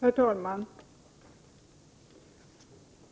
Herr talman!